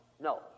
no